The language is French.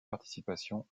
participation